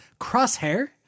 Crosshair